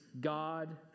God